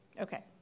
Okay